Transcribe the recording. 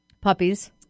Puppies